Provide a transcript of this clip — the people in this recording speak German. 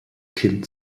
kind